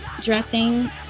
dressing